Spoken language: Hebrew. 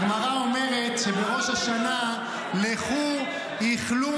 הגמרא אומרת שבראש השנה: "לכו אכלו